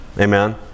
Amen